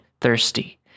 thirsty